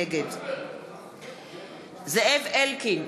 נגד זאב אלקין,